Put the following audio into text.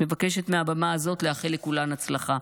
מבקשת מהבמה הזאת לאחל לכולן הצלחה.